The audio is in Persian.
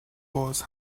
باز